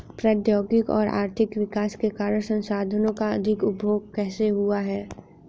प्रौद्योगिक और आर्थिक विकास के कारण संसाधानों का अधिक उपभोग कैसे हुआ है?